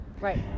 right